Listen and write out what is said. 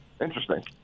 Interesting